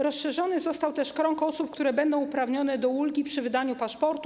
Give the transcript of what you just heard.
Rozszerzony został też krąg osób, które będą uprawnione do ulgi przy wydaniu paszportu.